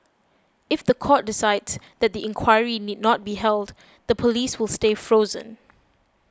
if the court decides that the inquiry need not be held the policies will stay frozen